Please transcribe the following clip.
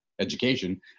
education